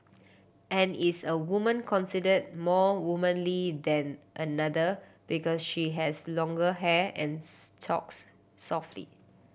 and is a woman considered more womanly than another because she has longer hair and talks softly